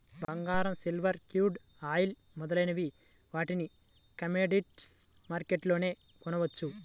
బంగారం, silver, crude oil మొదలైన వాటిని కమోడిటీస్ మార్కెట్లోనే కొనవచ్చు